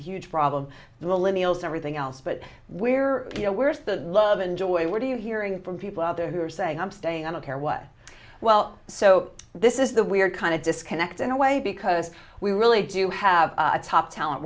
the huge problem the limb eales everything else but where you know where's the love and joy what are you hearing from people out there who are saying i'm staying i don't care what well so this is the weird kind of disconnect in a way because we really do have a top talent